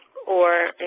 or